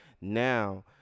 now